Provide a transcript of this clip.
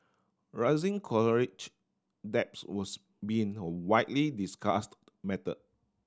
rising debts was been a widely discussed matter